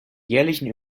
jährlichen